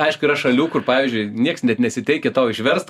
aišku yra šalių kur pavyzdžiui nieks net nesiteikia tau išverst